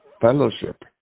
fellowship